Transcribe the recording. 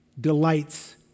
delights